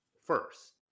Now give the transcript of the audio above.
first